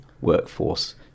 workforce